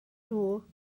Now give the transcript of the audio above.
nhw